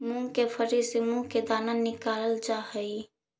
मूंग के फली से मुंह के दाना निकालल जा हई